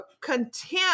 contempt